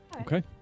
Okay